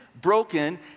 broken